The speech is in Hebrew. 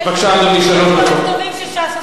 יש דברים טובים שש"ס עושים,